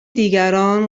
دیگران